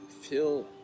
feel